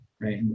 Right